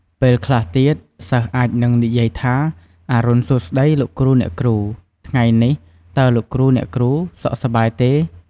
ពេលខ្លះទៀត សិស្សអាចនឹងនិយាយថា អរុណសួស្ដី លោកគ្រូ អ្នកគ្រូ ថ្ងៃនេះ តើលោកគ្រូ អ្នកគ្រូសុខសប្បាយទេ?